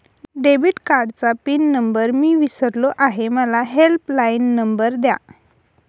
debit कार्डचा pin number मी विसरलो आहे मला हेल्पलाइन नंबर द्या